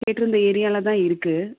கேட்டிருந்த ஏரியாவில் தான் இருக்குது